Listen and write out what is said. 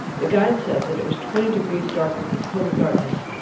the guide said that it was twenty degrees darker than total darkness,